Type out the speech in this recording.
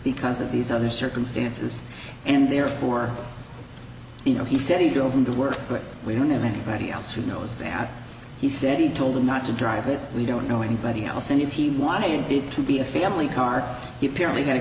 because of these other circumstances and therefore you know he said he drove them to work which we don't know anybody else who knows that he said he told him not to drive it we don't know anybody else and if he wanted it to be a family car he apparently had a